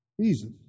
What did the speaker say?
Jesus